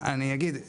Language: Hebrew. אני אגיד,